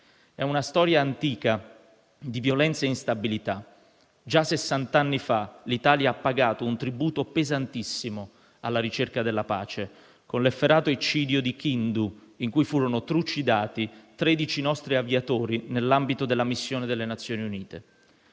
È una storia antica di violenza e instabilità. Già sessant'anni fa l'Italia ha pagato un tributo pesantissimo alla ricerca della pace, con l'efferato eccidio di Kindu, in cui furono trucidati 13 nostri aviatori nell'ambito della missione delle Nazioni Unite.